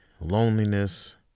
loneliness